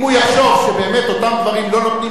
אם הוא יחשוב שבאמת אותם דברים לא נותנים